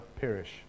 perish